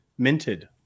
Minted